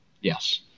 Yes